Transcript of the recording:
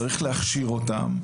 צריך להכשיר אותן.